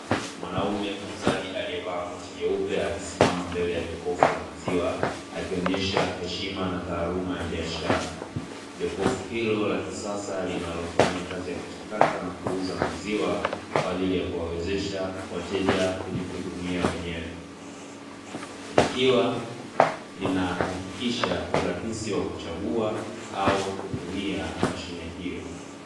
Mwanaume muuzaji aliyevalia koti jeupe akisimama mbele ya jokofu la maziwa akionyesha heshima na taaluma ya biashara. Jokofu hilo la kisasa linalofanya kazi ya kuchakata na kuuza maziwa kwa ajili ya kuwawezesha wateja kujihudumia wenyewe, likiwa linahakikisha urahisi wa kuchagua au kutumia mashine hiyo.